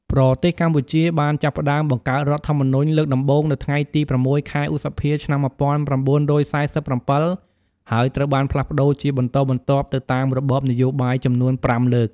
ប្រទេសកម្ពុជា បានចាប់ផ្តើមបង្កើតរដ្ឋធម្មនុញ្ញលើកដំបូងនៅក្នុងថ្ងៃទី ៦ ខែឧសភា ឆ្នាំ ១៩៤៧ ហើយត្រូវបានផ្លាស់ប្តូរជាបន្តបន្ទាប់ទៅតាមរបបនយោបាយចំនួន៥លើក។